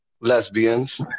lesbians